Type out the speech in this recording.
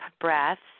breaths